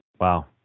Wow